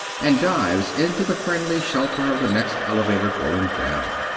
and dives into the friendly shelter of the next elevator going down.